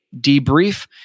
debrief